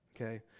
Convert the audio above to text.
okay